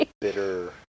bitter